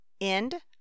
end